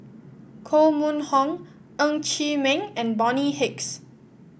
Koh Mun Hong Ng Chee Meng and Bonny Hicks